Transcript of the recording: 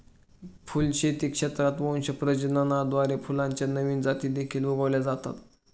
फुलशेती क्षेत्रात वंश प्रजननाद्वारे फुलांच्या नवीन जाती देखील उगवल्या जातात